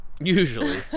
Usually